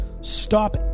stop